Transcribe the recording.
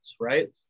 right